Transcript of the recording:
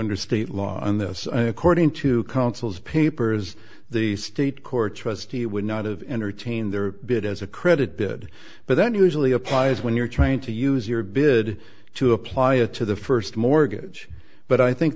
state law on this according to council's papers the state court trustee would not have entertained their bid as a credit bid but then usually applies when you're trying to use your bid to apply it to the first mortgage but i think